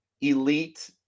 elite